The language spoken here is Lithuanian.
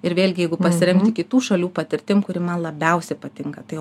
ir vėlgi jeigu pasiremti kitų šalių patirtim kuri man labiausiai patinka tai